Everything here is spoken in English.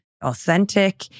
authentic